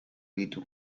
ditu